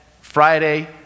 friday